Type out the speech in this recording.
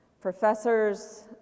professors